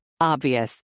Obvious